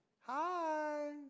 Hi